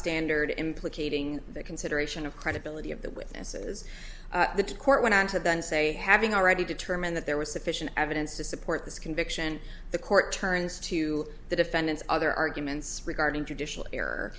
standard implicating the consideration of credibility of the witnesses the court went on to then say having already determined that there was sufficient evidence to support this conviction the court turns to the defendant's other arguments regarding traditional error